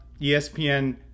ESPN